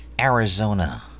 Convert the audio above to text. Arizona